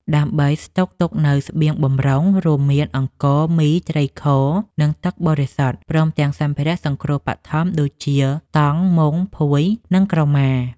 ដើម្បីស្តុកទុកនូវស្បៀងបម្រុង រួមមានអង្ករ មី ត្រីខ និងទឹកបរិសុទ្ធ ព្រមទាំងសម្ភារៈសង្គ្រោះបឋមដូចជា តង់ មុង ភួយ និងក្រមា។